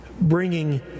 bringing